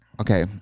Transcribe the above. okay